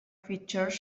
features